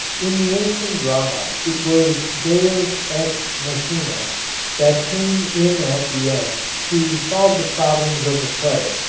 in the ancient drama it was deus ex machina that came in at the end to solve the problems of the play.